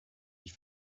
ich